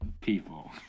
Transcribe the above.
people